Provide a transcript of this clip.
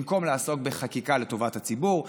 במקום לעסוק בחקיקה לטובת הציבור,